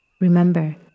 Remember